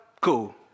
Cool